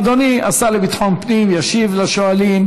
אדוני השר לביטחון פנים ישיב לשואלים.